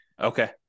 Okay